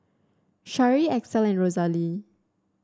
Shari Axel Rosalee